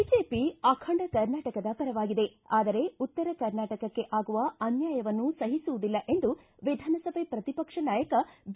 BJP ಅಖಂಡ ಕರ್ನಾಟಕದ ಪರವಾಗಿದೆ ಆದರೆ ಉತ್ತರ ಕರ್ನಾಟಕಕ್ಕೆ ಆಗುವ ಅನ್ಯಾಯವನ್ನು ಸಹಿಸುವುದಿಲ್ಲ ಎಂದು ವಿಧಾನಸಭೆ ಪ್ರತಿ ಪಕ್ಷ ನಾಯಕ ಬಿ